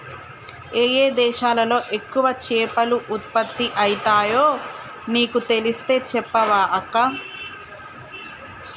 ఏయే దేశాలలో ఎక్కువ చేపలు ఉత్పత్తి అయితాయో నీకు తెలిస్తే చెప్పవ అక్కా